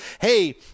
hey